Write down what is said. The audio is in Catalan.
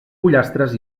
pollastres